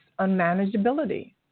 unmanageability